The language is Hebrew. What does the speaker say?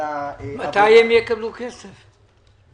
הם יקבלו כסף?